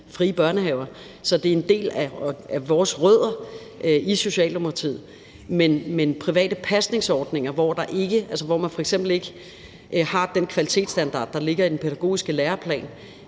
frie børnehaver. Så det er en del af vores rødder i Socialdemokratiet. Men private pasningsordninger, hvor man f.eks. ikke har den kvalitetsstandard, der ligger i den pædagogiske læreplan,